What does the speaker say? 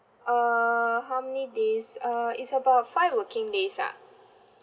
uh how many days uh it's about five working days lah